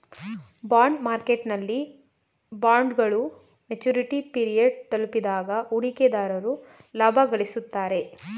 bond ಮಾರ್ಕೆಟ್ನಲ್ಲಿ ಬಾಂಡ್ಗಳು maturity period ತಲುಪಿದಾಗ ಹೂಡಿಕೆದಾರರು ಲಾಭ ಗಳಿಸುತ್ತಾರೆ